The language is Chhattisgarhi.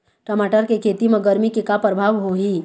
टमाटर के खेती म गरमी के का परभाव होही?